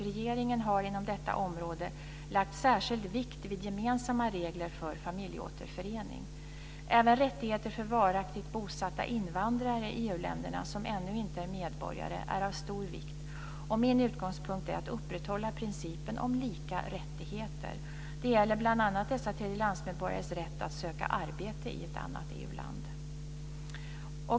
Regeringen har inom detta område lagt särskild vikt vid gemensamma regler för familjeåterförening. Även rättigheter för varaktigt bosatta invandrare i EU-länderna som ännu inte är medborgare är av stor vikt, och min utgångspunkt är att upprätthålla principen om lika rättigheter. Detta gäller bl.a. dessa tredje lands medborgares rätt att söka arbete i ett annat EU-land.